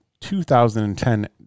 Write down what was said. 2010